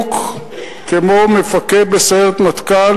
כמו מפקד בסיירת מטכ"ל,